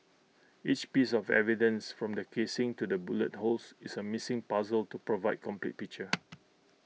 each piece of evidence from the casings to the bullet holes is A missing puzzle to provide complete picture